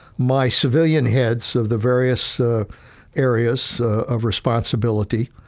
my civilian heads of the various ah areas of responsibility,